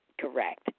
correct